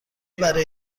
برای